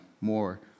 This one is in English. more